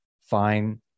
fine